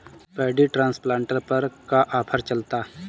Paddy transplanter पर का offer चलता?